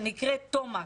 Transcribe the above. שנקראת תומקס.